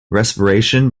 respiration